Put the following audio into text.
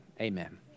amen